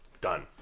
done